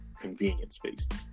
convenience-based